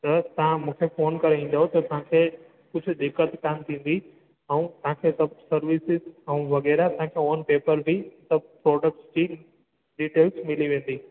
त तव्हां मूंखे फोन करे ईंदव त तव्हां खे कुझु दिक़त कानि थींदी ऐं तव्हां खे सभु सर्विसेज़ ऐं वग़ैरह तव्हां खे ऑन पेपर बि सभु प्रोडक्ट्स जी डिटेल मिली वेंदी